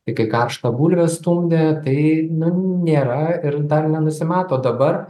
ir kai karštą bulvę stumdė tai na nėra ir dar nenusimato dabar